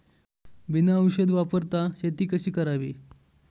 बिना औषध वापरता शेती कशी करावी?